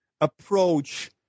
approach